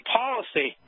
policy